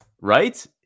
right